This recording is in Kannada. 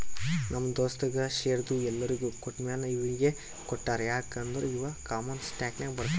ನಮ್ ದೋಸ್ತಗ್ ಶೇರ್ದು ಎಲ್ಲೊರಿಗ್ ಕೊಟ್ಟಮ್ಯಾಲ ಇವ್ನಿಗ್ ಕೊಟ್ಟಾರ್ ಯಾಕ್ ಅಂದುರ್ ಇವಾ ಕಾಮನ್ ಸ್ಟಾಕ್ನಾಗ್ ಬರ್ತಾನ್